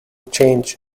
change